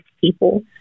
people